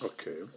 Okay